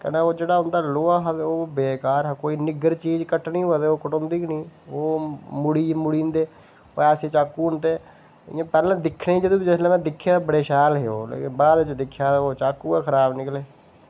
कन्नै ओह् जेह्ड़ा उं'दा लोहा हा ओह् बेकार हा कोई निग्गर चीज कट्टनी होए तां ओह् कटोंदी गै नेईं ओह् मुड़ी मुड़ी जंदे ओह् ऐसे चाकू न ते इयां पैह्ले दिक्खने गी जिसलै में दिक्खेआ बड़े शैल हे ओह् लेकिन बाद च दिक्खेआ ओह् चाकू गै खराब निकले